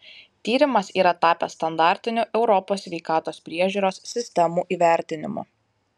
tyrimas yra tapęs standartiniu europos sveikatos priežiūros sistemų įvertinimu